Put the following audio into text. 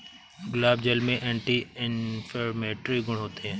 गुलाब जल में anti inflammatory गुण होते हैं